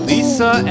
Lisa